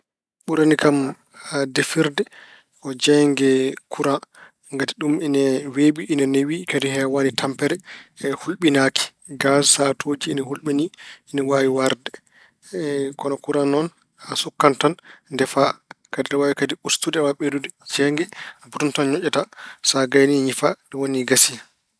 Ɓurani kam defirte ko jeeynge kuraŋ ngati ɗum ine weeɓi, ina newii kadi heewaani tampere, ulɓinaaki. Gaas, sahaatuji ina hulɓinii, ina waawi warde. Kono kuraŋ noon, a sukkan tan ndefa. Kadi aɗa waawi kadi ustude, aɗa waawi ɓeydude jeeynge, butoŋ tan ñoƴƴata. Sa gayni ñifa, ɗum woni gasi.